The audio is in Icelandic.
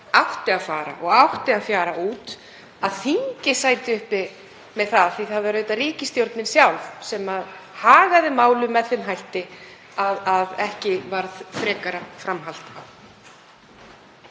átti að fara og átti að fjara út, að þingið sæti uppi með það af því að það var auðvitað ríkisstjórnin sjálf sem hagaði málum með þeim hætti að ekki varð frekara framhald á.